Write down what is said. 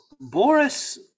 Boris